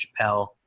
Chappelle